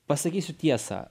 pasakysiu tiesą